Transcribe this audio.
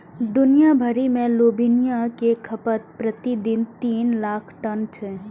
दुनिया भरि मे लोबिया के खपत प्रति दिन तीन लाख टन छै